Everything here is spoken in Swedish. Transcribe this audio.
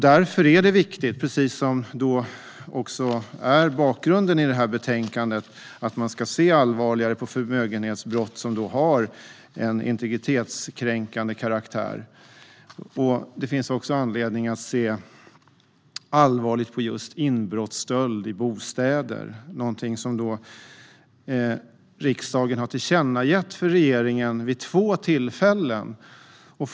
Därför är det viktigt - precis som det som är bakgrunden till det här betänkandet - att man ska se allvarligare på förmögenhetsbrott som har en integritetskränkande karaktär. Det finns också anledning att se allvarligt på just inbrottsstöld i bostäder. Det är någonting som riksdagen vid två tillfällen har lämnat ett tillkännagivande om till regeringen.